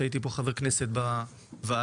כשהייתי חבר כנסת בוועדה,